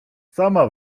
sama